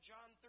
John